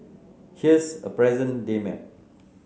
here's a present day map